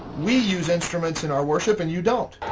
we use instruments in our worship and you don't.